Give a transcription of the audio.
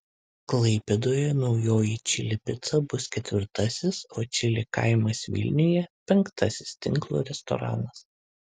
klaipėdoje naujoji čili pica bus ketvirtasis o čili kaimas vilniuje penktasis tinklo restoranas